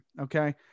Okay